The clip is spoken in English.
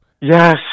Yes